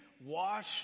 wash